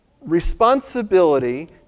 responsibility